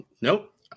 nope